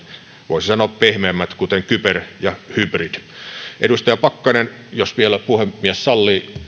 voisi sanoa pehmeämmät kuten kyber ja hybridi edustaja pakkanen jos vielä puhemies sallii